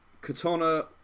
Katana